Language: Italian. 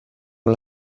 con